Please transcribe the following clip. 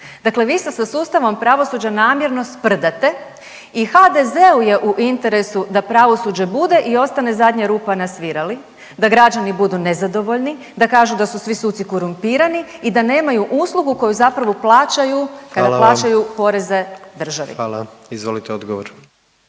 Dakle, vi se sa sustavom pravosuđa namjerno sprdate i HDZ-u je u interesu da pravosuđe bude i ostane zadnja rupa na svirali, da građani budu nezadovoljni, da kažu da su svi suci korumpirani i da nemaju uslugu koju zapravo plaćaju kada plaćaju … .../Upadica: Hvala vam./... … poreze